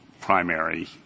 primary